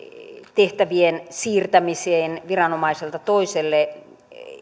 tehtävien siirtämiseen viranomaiselta toiselle